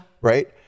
Right